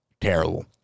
terrible